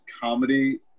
comedy